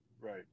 Right